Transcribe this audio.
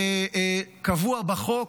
קבוע בחוק.